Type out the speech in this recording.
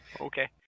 Okay